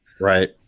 right